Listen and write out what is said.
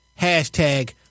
Hashtag